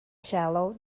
shallow